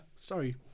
Sorry